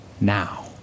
now